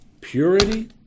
Purity